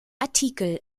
artikel